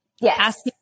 Yes